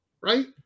right